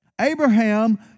Abraham